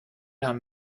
haben